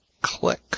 click